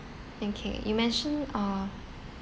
okay you mentioned uh